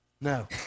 No